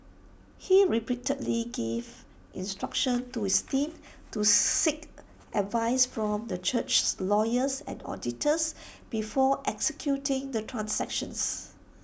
he repeatedly gave instructions to his team to seek advice from the church's lawyers and auditors before executing the transactions